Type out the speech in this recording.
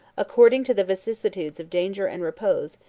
according to the vicissitudes of danger and repose,